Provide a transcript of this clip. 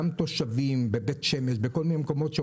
גם תושבים בבית שמש ובמקומות אחרים